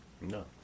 No